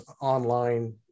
online